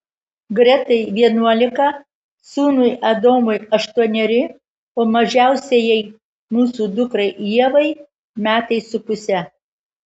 gretai vienuolika sūnui adomui aštuoneri o mažiausiajai mūsų dukrai ievai metai su puse